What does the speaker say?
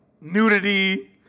nudity